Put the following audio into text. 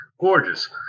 gorgeous